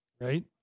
right